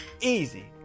Easy